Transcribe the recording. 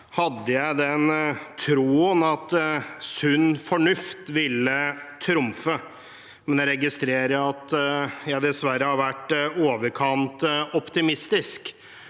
hadde jeg den troen at sunn fornuft ville trumfe det meste, men jeg registrerer at jeg dessverre har vært i overkant optimistisk.